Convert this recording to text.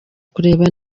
kureba